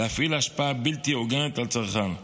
להפעיל השפעה בלתי הוגנת על צרכן.